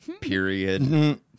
period